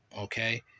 Okay